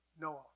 Noah